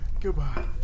goodbye